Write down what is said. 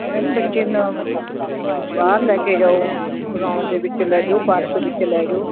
ma'am ਬੱਚੇ ਨੂੰ ਬਾਹਰ ਲੈ ਕੇ ਜਾਓ ਗਰਾਊਂਡ ਦੇ ਵਿੱਚ ਲੈ ਜਾਓ ਪਾਰਕ ਵਿੱਚ ਲੈ ਜਾਓ